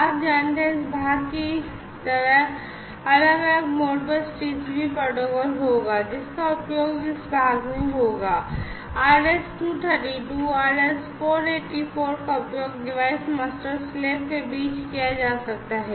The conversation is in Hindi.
आप जानते हैं इस भाग की तरह अलग अलग Modbus TCP प्रोटोकॉल होगा जिसका उपयोग इस भाग में होगा RS 232 484 का उपयोग डिवाइस मास्टर और slave के बीच किया जा सकता है